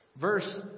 verse